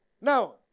Now